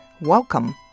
Welcome